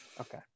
Okay